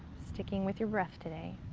sticking with your breath today.